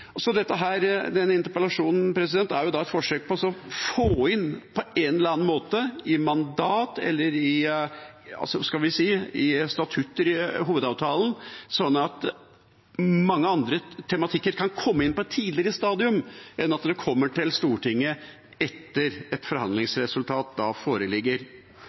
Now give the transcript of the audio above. også sa, så mye – det er på en måte så ferdig tygd at det er vanskelig å påvirke forhandlingsresultatet nevneverdig. Denne interpellasjonen er da et forsøk på å få det inn på en eller annen måte i mandat eller i, skal vi si, statutter i hovedavtalen, sånn at mange andre tematikker kan komme inn på et tidligere stadium enn at det kommer til Stortinget